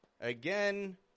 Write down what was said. Again